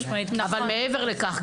אבל מעבר לכך,